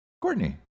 Courtney